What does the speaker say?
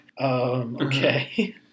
Okay